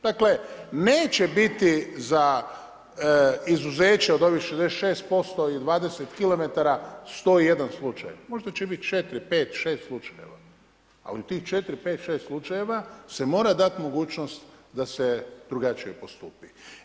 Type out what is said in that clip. Dakle, neće biti za izuzeće od ovih 66% i 20 kilometara 101 slučaj, možda će biti 4, 5, 6 slučajeva ali u tih 4, 5, 6 slučajeva se mora dat mogućnost da se drugačije postupi.